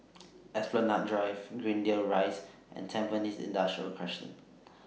Esplanade Drive Greendale Rise and Tampines Industrial Crescent